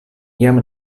jam